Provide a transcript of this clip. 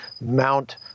Mount